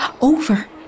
over